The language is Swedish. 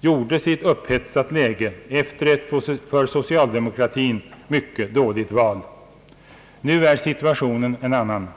gjordes i ett upphetsat läge efter ett för socialdemokratin mycket dåligt val. Nu är situationen en annan.